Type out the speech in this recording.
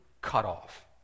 cutoff